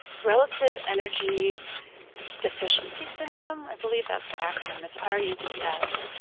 relative energy deficiency syndrome? i believe that's the acronym. it's r e d s.